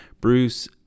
Bruce